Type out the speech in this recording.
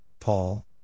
Paul